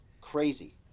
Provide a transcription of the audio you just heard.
Crazy